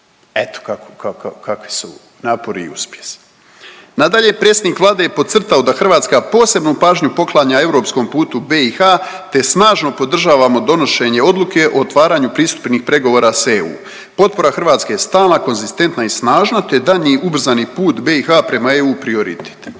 Eto kakvi su napori i uspjesi. Nadalje, predsjednik Vlade je podcrtao da Hrvatska posebnu pažnju poklanja europskom putu BiH te snažno podržavamo donošenje odluke o otvaranju pristupnih pregovora s EU. Potpora Hrvatske je stalna, konzistentna i snažna te je daljnji ubrzani put BiH prema EU prioritet.